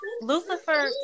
Lucifer